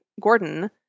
Gordon